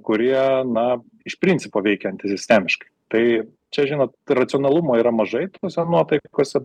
kurie na iš principo veikia antisistemiškai tai čia žinot racionalumo yra mažai tose nuotaikose